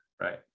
Right